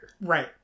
right